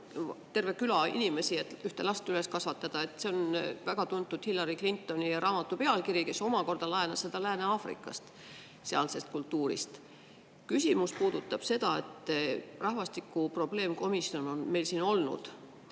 tervet küla inimesi, et ühte last üles kasvatada. See on väga tuntud Hillary Clintoni raamatu pealkiri, kes omakorda laenas selle Lääne-Aafrikast, sealsest kultuurist. Küsimus [on järgmine]. Rahvastiku[kriisi] probleemkomisjon on meil siin olnud.